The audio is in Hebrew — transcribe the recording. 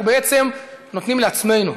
אנחנו בעצם נותנים לעצמנו,